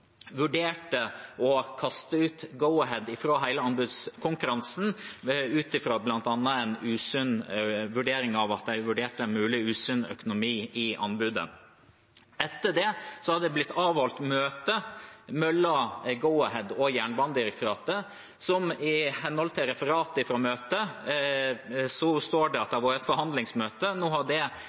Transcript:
vurderte å kaste ut Go-Ahead fra hele anbudskonkurransen, bl.a. ut ifra en vurdering av en mulig usunn økonomi i anbudet. Etter det har det blitt avholdt møte mellom Go-Ahead og Jernbanedirektoratet, som i henhold til referatet fra møtet var et forhandlingsmøte. Nå har det fra statsrådens side senere blitt avkreftet, men vedkommende som har ført referat, har i hvert fall oppfattet det